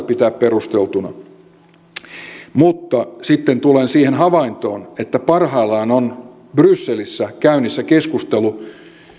pitää perusteltuna sitten tulen siihen havaintoon että parhaillaan on brysselissä käynnissä keskustelu